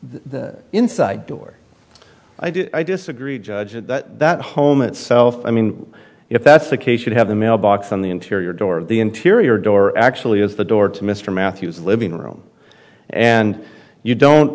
the inside door i did i disagree judge that that home itself i mean if that's the case should have the mailbox on the interior door of the interior door actually is the door to mr matthews living room and you don't